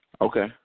Okay